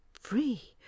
free